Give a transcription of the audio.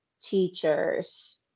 teachers